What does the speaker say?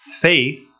Faith